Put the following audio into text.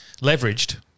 leveraged